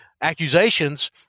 accusations